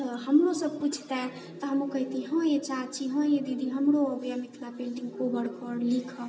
तऽ हमरोसँ पूछितऽ तऽ हमहुँ कहितिऐ हँ यै चाची हँ यै दीदी हमरो अबैए मिथिला पेंटिङ्ग कोबर घर लिखऽ